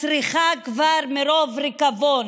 מסריחה כבר מרוב ריקבון.